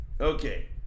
Okay